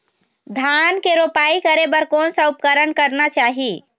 धान के रोपाई करे बर कोन सा उपकरण करना चाही?